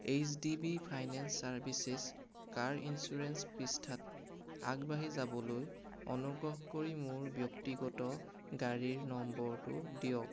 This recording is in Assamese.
H D B finance services car insurance পৃষ্ঠাত আগবাঢ়ি যাবলৈ অনুগ্ৰহ কৰি মোৰ ব্যক্তিগত গাড়ীৰ নম্বৰটো দিয়ক